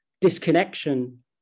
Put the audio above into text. disconnection